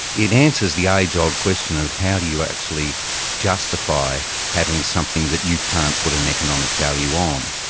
it answers the age-old question of how do you actually justify having something that you can't put an economic value on.